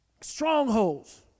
Strongholds